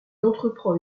entreprend